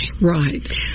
right